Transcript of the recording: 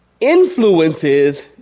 influences